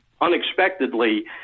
unexpectedly